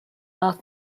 art